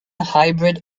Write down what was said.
hybrid